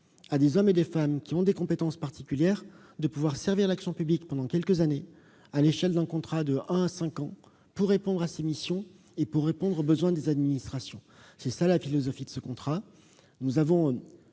à des hommes et des femmes qui ont des compétences particulières de servir l'action publique pendant quelques années, à l'échelle d'un contrat de un à cinq ans, pour répondre aux besoins des administrations. Telle est la philosophie de ce contrat. Nous assumons